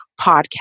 Podcast